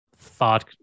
thought